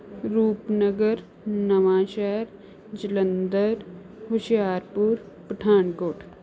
Rupnagar Nawanshahr Jalandhar Hoshiarpur Pathankot